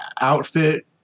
outfit